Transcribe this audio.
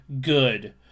good